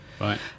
Right